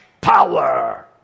power